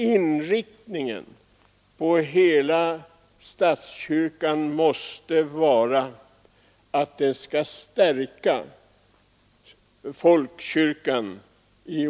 Inriktningen för hela statskyrkan måste vara att den skall stärka folkkyrkan.